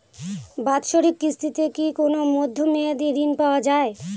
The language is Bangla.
বাৎসরিক কিস্তিতে কি কোন মধ্যমেয়াদি ঋণ পাওয়া যায়?